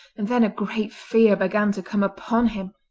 and then a great fear began to come upon him.